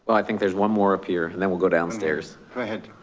i think there's one more appear and then we'll go downstairs. go ahead.